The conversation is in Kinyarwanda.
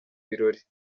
birori